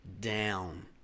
down